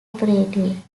operative